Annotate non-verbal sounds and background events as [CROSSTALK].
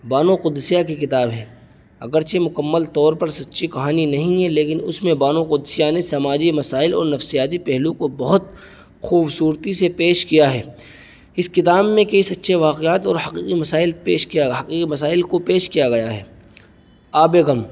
بانو قدسیہ کی کتاب ہے اگر چہ مکمل طور پر سچی کہانی نہیں ہے لیکن اس میں قانو قدسیہ نے سماجی مسائل اور نفسیاتی پہلو کو بہت خوبصورتی سے پیش کیا ہے اس کتاب میں کئی سچے واقعات اور حقیقی مسائل پیش کیا [UNINTELLIGIBLE] حقیقی مسائل کو پیش کیا گیا ہے آب غم